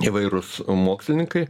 įvairūs mokslininkai